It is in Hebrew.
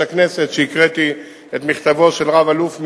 הכנסת כשהקראתי את מכתבו של רב-אלוף במיל',